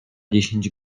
dziesięć